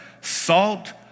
Salt